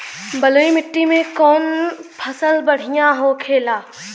बलुई मिट्टी में कौन फसल बढ़ियां होखे ला?